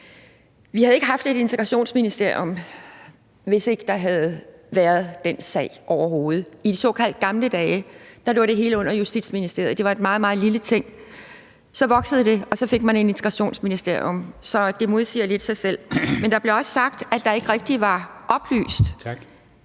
Vi havde ikke haft et integrationsministerium, hvis ikke der havde været den sag, overhovedet. I såkaldt gamle dage lå det hele under Justitsministeriet. Det var en meget, meget lille ting. Så voksede det, og så fik man Integrationsministeriet. Så det modsiger lidt sig selv. Men det bliver også sagt (Formanden (Henrik Dam Kristensen):